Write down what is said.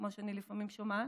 כמו שאני לפעמים שומעת.